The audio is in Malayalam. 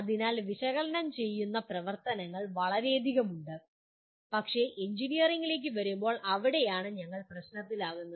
അതിനാൽ വിശകലനം ചെയ്യുന്ന പ്രവർത്തനങ്ങൾ വളരെയധികം ഉണ്ട് പക്ഷേ എഞ്ചിനീയറിംഗിലേക്ക് വരുമ്പോൾ അവിടെയാണ് ഞങ്ങൾ പ്രശ്നത്തിലാകുന്നത്